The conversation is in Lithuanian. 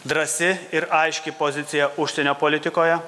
drąsi ir aiški pozicija užsienio politikoje